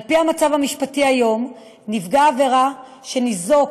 על פי המצב המשפטי היום, נפגע עבירה שניזוק